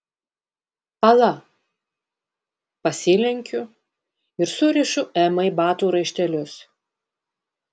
pala pasilenkiu ir surišu emai batų raištelius